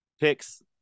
picks